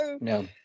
no